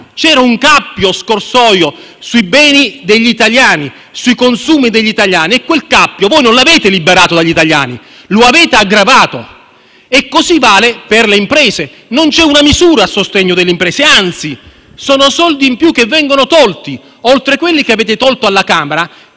C'era un cappio scorsoio sui beni e sui consumi degli italiani e quel cappio voi non l'avete levato agli italiani, ma lo avete aggravato. Lo stesso vale per le imprese: non c'è una misura a sostegno delle imprese, anzi vengono tolti soldi in più; oltre a quelli che avete tolto alla Camera,